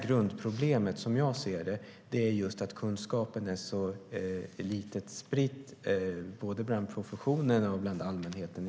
Grundproblemet är att kunskapen är så lite spridd både inom professionen och bland allmänheten.